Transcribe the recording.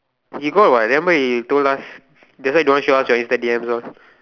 he got what remember he told us that's why don't show us your insta D_M all